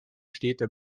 städte